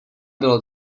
bylo